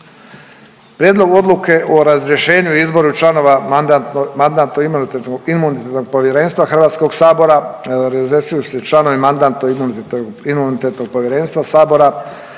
Prijedlog Odluke o razrješenju i izboru članova Mandatno-imunitetnog povjerenstva Hrvatskog sabora. Razrješuju se članovi Mandatno-imunitetnog povjerenstva sabora